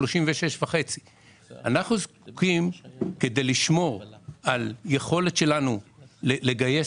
של 36.5. כדי לשמור על היכולת שלנו לגייס